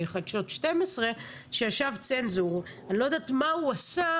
בחדשות 12. אני לא יודעת מה הוא עשה,